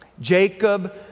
Jacob